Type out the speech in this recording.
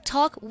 Talk